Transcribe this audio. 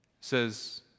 says